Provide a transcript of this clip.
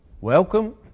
Welcome